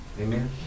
Amen